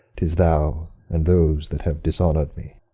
tis thou and those that have dishonoured me.